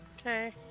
Okay